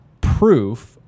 proof